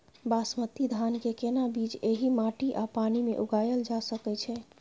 बासमती धान के केना बीज एहि माटी आ पानी मे उगायल जा सकै छै?